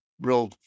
Real